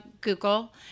google